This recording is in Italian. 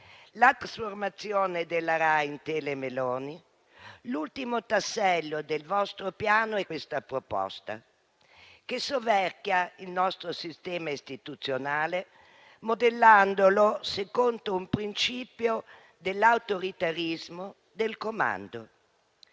la trasformazione della Rai in teleMeloni, l'ultimo tassello del vostro piano è questa proposta, che soverchia il nostro sistema istituzionale, modellandolo secondo un principio dell'autoritarismo, del comando.